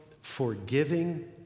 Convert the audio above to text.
forgiving